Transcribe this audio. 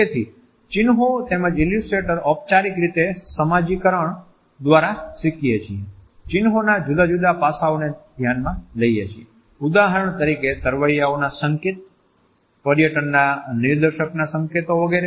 તેથી ચિન્હો તેમજ ઈલ્યુસ્ટ્રેટર્સ ઔપચારિક રીતે સમાજીકરણ દ્વારા શીખીએ છીએ ચિન્હો ના જુદા જુદા પાસાઓને ધ્યાને લઈએ છીએ ઉદાહરણ તરીકે તરવૈયાના સંકેત પર્યટન ના નિર્દેશકના સંકેતો વગેરે